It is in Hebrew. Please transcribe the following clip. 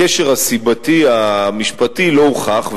הקשר הסיבתי המשפטי לא הוכח.